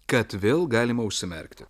kad vėl galima užsimerkti